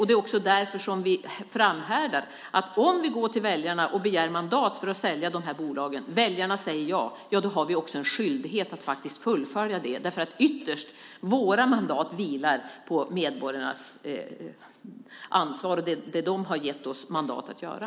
Det är också därför som vi framhärdar: Om vi går till väljarna och begär mandat för att sälja de här bolagen och väljarna säger ja har vi också en skyldighet att fullfölja det. Ytterst vilar våra mandat på medborgarnas ansvar, det de har gett oss mandat att göra.